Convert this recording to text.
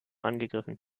angegriffen